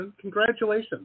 Congratulations